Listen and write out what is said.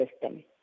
system